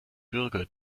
bürger